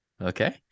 Okay